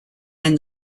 and